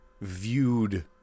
viewed